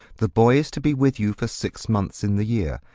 the boy is to be with you for six months in the year,